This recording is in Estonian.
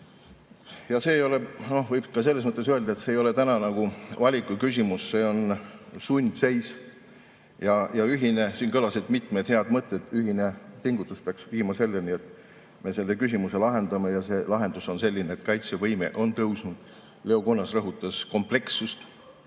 ja hukkumised, võit või kaotus. Võib ka öelda, et see ei ole täna nagu valiku küsimus, see on sundseis. Siin kõlasid mitmed head mõtted. Ühine pingutus peaks viima selleni, et me selle küsimuse lahendame, ja see lahendus on selline, et kaitsevõime on tõusnud. Leo Kunnas rõhutas komplekssust.